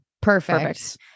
Perfect